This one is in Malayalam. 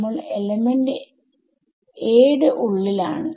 നമ്മൾ എലമെന്റ് a യുടെ ഉള്ളിൽ ആണ്